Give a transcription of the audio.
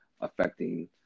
affecting